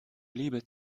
liebe